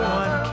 one